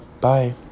Bye